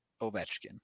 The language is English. Ovechkin